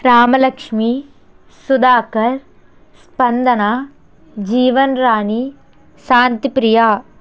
Ramalakshmi Sudhakar Spandana Jeevanrani Shantipriya